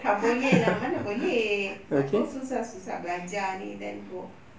tak boleh lah mana boleh buat apa susah-susah belajar ini then go